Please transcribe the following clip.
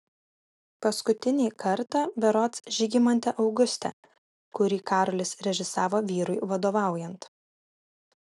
paskutinį kartą berods žygimante auguste kurį karolis režisavo vyrui vadovaujant